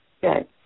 Good